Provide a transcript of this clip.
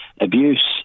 abuse